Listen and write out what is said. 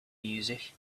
music